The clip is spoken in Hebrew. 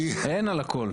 אין על הכל.